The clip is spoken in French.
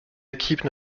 équipes